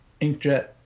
inkjet